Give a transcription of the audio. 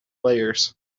layers